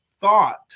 thought